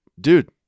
dude